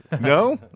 no